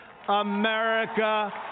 America